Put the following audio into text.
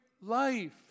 life